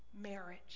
marriage